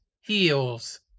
Heels